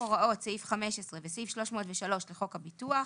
הוראות סעיף 15 וסעיף 303 לחוק הביטוח,